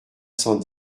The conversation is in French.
cent